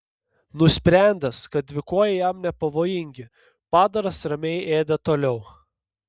nusprendęs kad dvikojai jam nepavojingi padaras ramiai ėdė toliau